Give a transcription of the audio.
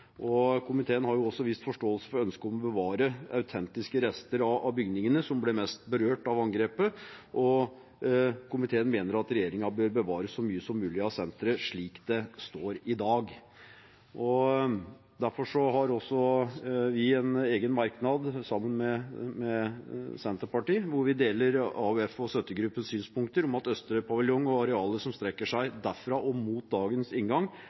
Komiteen har vist forståelse for ønsket om å bevare autentiske rester av bygningene som ble mest berørt av angrepet, og mener at regjeringen bør bevare så mye som mulig av senteret slik det står i dag. Derfor har også vi en egen merknad, sammen med Senterpartiet, der vi deler AUF og støttegruppens synspunkter om at østre paviljong og arealet som strekker seg derfra og mot dagens inngang,